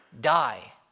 die